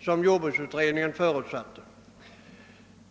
som jordbruksutredningen förutsatte.